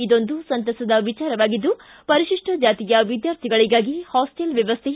ಇದೊಂದು ಸಂತಸದ ವಿಚಾರವಾಗಿದ್ದು ಪರಿತಿಷ್ಟ ಜಾತಿಯ ವಿದ್ಯಾರ್ಥಿಗಳಿಗಾಗಿ ಹಾಸ್ಟೆಲ್ ವ್ಯವಸ್ಥೆ